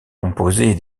composée